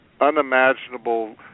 unimaginable